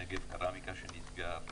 נגב קרמיקה שנסגר.